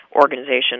organization